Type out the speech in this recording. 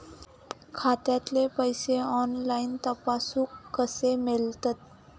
खात्यातले पैसे ऑनलाइन तपासुक कशे मेलतत?